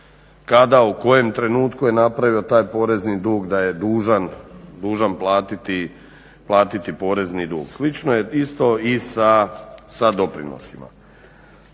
kada u kojem trenutku je napravio taj porezni dug da je dužan platiti porezni dug. Slično je i sa doprinosima.